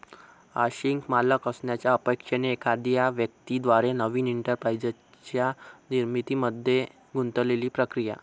आंशिक मालक असण्याच्या अपेक्षेने एखाद्या व्यक्ती द्वारे नवीन एंटरप्राइझच्या निर्मितीमध्ये गुंतलेली प्रक्रिया